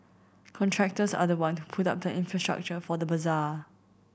contractors are the one who put up the infrastructure for the bazaar